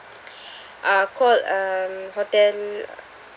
ah called um hotel